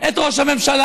את ראש הממשלה,